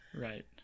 right